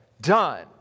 done